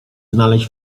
znaleźć